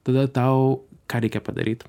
tada tau ką reikia padaryt